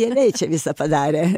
jie vei čia visą padarė